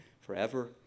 forever